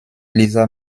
lisa